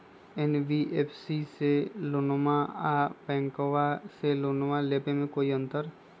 NBFC से लोनमा आर बैंकबा से लोनमा ले बे में कोइ अंतर?